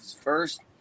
first